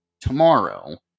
tomorrow